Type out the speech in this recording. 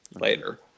Later